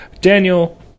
Daniel